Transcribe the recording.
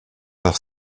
nach